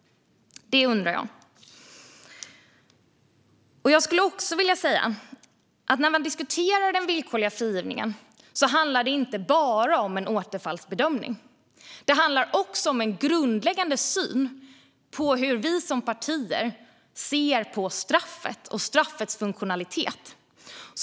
När vi diskuterar den villkorliga frigivningen handlar det inte bara om en återfallsbedömning. Det handlar också om partiernas grundläggande syn på straffet och straffets funktion.